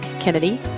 Kennedy